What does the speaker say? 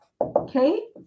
Okay